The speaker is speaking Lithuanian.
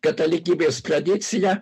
katalikybės tradicija